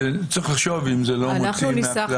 צריך לחשוב אם זה לא מוציא מהכלל אנשים אחרים.